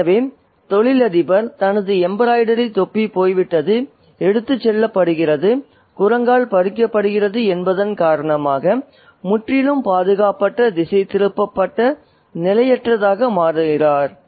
" எனவே தொழிலதிபர் தனது எம்பிராய்டரி தொப்பி போய்விட்டது எடுத்துச் செல்லப்படுகிறது குரங்கால் பறிக்கப்படுகிறது என்பதன் காரணமாக முற்றிலும் பாதுகாப்பற்ற திசைதிருப்பப்பட்ட நிலையற்றதாக மாறுகிறார்